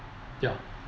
ya